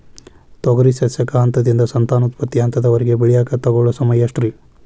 ತೊಗರಿ ಸಸ್ಯಕ ಹಂತದಿಂದ, ಸಂತಾನೋತ್ಪತ್ತಿ ಹಂತದವರೆಗ ಬೆಳೆಯಾಕ ತಗೊಳ್ಳೋ ಸಮಯ ಎಷ್ಟರೇ?